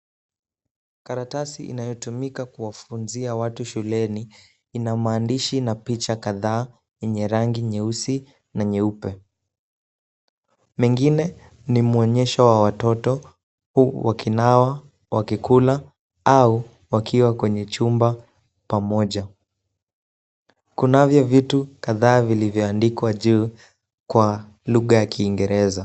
Karatasi inayotumika kuwafunzia watu shuleni Ina maandishi na picha kadhaa yenye rangi nyeusi na nyeupe , mengine ni mwonyesho wa watoto huku wakinawa wakikula au wakiwa kwenye chumba pamoja ,kunavyo vitu kadhaa vilivyoandikwa juu kwa lugha ya kiingereza.